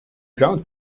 ground